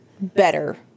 better